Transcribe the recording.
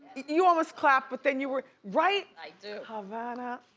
you almost clapped but then you were right? i do. havana,